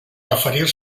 referir